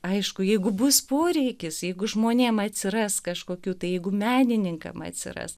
aišku jeigu bus poreikis jeigu žmonėm atsiras kažkokių tai jeigu menininkam atsiras